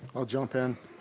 i'll jump in.